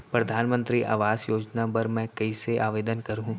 परधानमंतरी आवास योजना बर मैं कइसे आवेदन करहूँ?